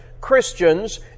Christians